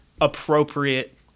appropriate